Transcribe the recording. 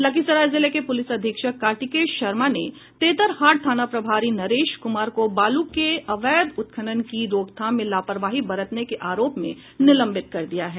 लखीसराय जिले के पुलिस अधीक्षक कार्तिकेय शर्मा ने तेतरहाट थाना प्रभारी नरेश कुमार को बालू के अवैध उत्खनन की रोकथाम में लापरवाही बरतने के आरोप में निलंबित कर दिया है